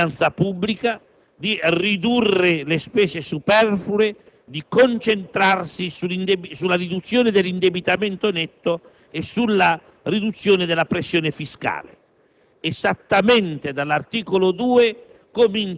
di dare rigore alla finanza pubblica, di ridurre le spese superflue, di concentrarsi sulla riduzione dell'indebitamento netto e su quella della pressione fiscale.